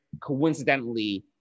coincidentally